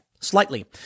slightly